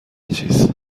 چیز